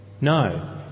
No